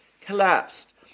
collapsed